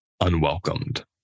unwelcomed